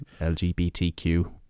LGBTQ